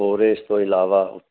ਹੋਰ ਇਸ ਤੋਂ ਇਲਾਵਾ